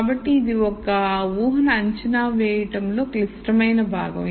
కాబట్టి ఇది ఒక ఊహను అంచనా వేయడంలో క్లిష్టమైన భాగం